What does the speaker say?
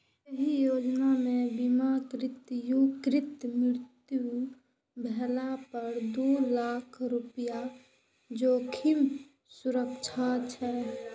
एहि योजना मे बीमाकृत व्यक्तिक मृत्यु भेला पर दू लाख रुपैया जोखिम सुरक्षा छै